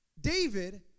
David